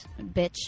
bitch